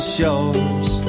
Shores